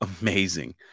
amazing